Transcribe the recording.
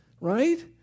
right